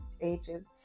ages